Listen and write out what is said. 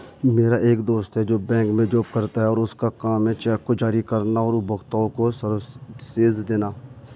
मेरा एक दोस्त है जो बैंक में जॉब करता है और उसका काम है चेक को जारी करना और उपभोक्ताओं को सर्विसेज देना